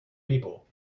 people